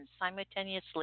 simultaneously